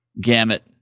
gamut